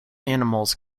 animals